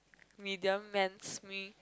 media mends me